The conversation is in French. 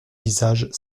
visage